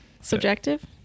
Subjective